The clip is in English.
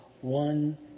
one